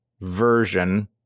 version